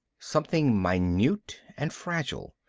something minute and fragile,